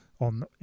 on